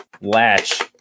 latch